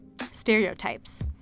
stereotypes